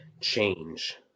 change